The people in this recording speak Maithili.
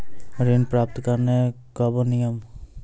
ऋण प्राप्त करने कख नियम?